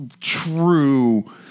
true